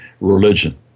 religion